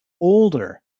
older